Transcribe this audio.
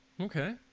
okay